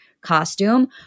costume